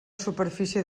superfície